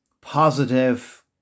positive